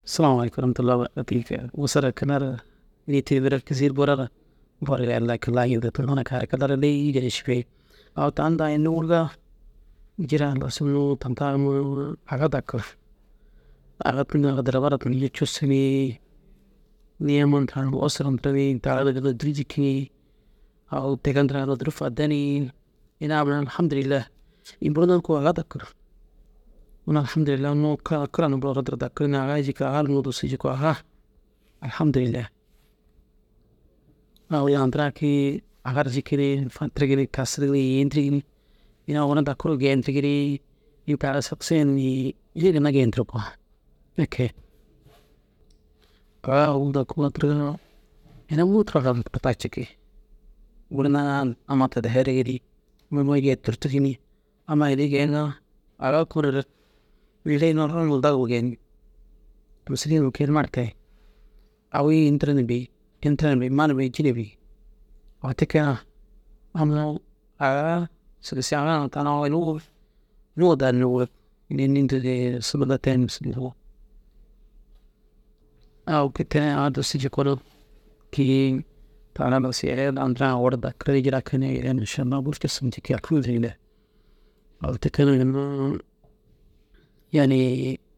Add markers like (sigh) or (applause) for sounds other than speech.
Salam alayikûm wa rahma tîllahi wa barkatûhu nikee wasara kilarara gîni tîrimira kîzeyi ru borora bur gal Allayi kila ncente. Tinta kôi ai ru killa lîge ini ši bêi au tan da ini nûŋurigaa jiire halas tinta unnu amma aga dakir. Aga tinta darbara kîŋciga cussu ni nii amma ntira ru wasara ntirigini taara na ginna ôduru jikii ni au tigi ntira na ôduru fade ni. Ini ai mire alaham dîrilayi bûrnu ru koo aga dakir unnu allaham dirilahii kara na buru oworu nturu ru dakir ni aga ru jiki aga ru unnu dusuu jiki aga ai alaham dirilahi. Au laa ntira kii aga ru jikire fatirgi ni kasirigi ni yêntirigi ni ini owordu geentirigiree (unintelligible) ini ginna geentirig koo ai kee. Kôi ai dakuŋoo tirigaa ina muntu ru emporta ciki guru na amma tadihirigi ni amma ma jiyeru tûrtugi ni amma ini geeŋaa neere koo ne ini owor numai dagu geeniŋ. Mûsiliye numa kee numa ru tayi awi ini tira na bêi ma na bêi jii na bêi au te kee na unnu aga sôlisiyoo aga ŋa tani au (unintelligible) da nûŋu ini ai înni ntigi suruma da teni suruu wuru (unintelligible) kii yêŋ taara halas yaliya lantira owordu dakir ni jiraki ni ina mašalla buru cussu ru jiki allaham dirilahi au te kee na ginna yanii